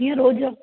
इअं रोज़ु